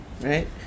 right